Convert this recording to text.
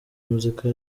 muzika